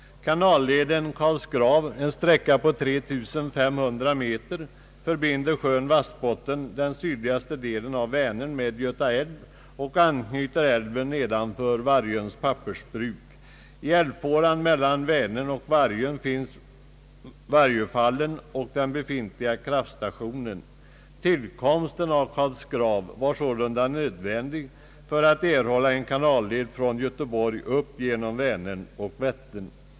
Kanalen Karlsgrav — en sträcka på 3500 meter — förbinder sjön Vassbotten, den sydligaste delen av Vänern, med Göta älv och anknyter till älven nedanför Wargöns pappersbruk. I älvfåran mellan Vänern och Vargön finns Vargöfallen och kraftstationen. Tillkomsten av Karlsgrav var sålunda nödvändig för att erhålla en kanalled från Göteborg upp genom Vänern och Vättern.